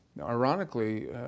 ironically